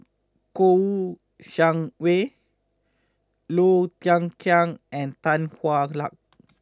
Kouo Shang Wei Low Thia Khiang and Tan Hwa Luck